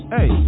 Hey